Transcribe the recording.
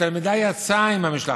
התלמידה יצאה עם המשלחת.